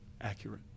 accurate